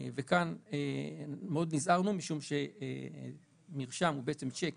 כאן מאוד נזהרנו, משום שמרשם הוא בעצם צ'ק